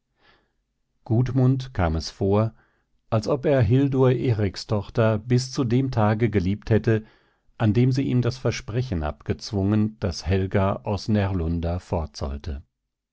gudmund kam es vor als ob er hildur erikstochter bis zu dem tage geliebt hätte an dem sie ihm das versprechen abgezwungen daß helga aus närlunda fort